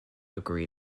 agree